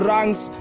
Ranks